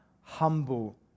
Humble